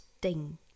ding